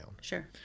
sure